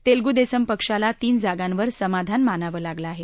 तेलगू देसम पक्षाला तीन जागांवर समाधान मानावं लागलं आहे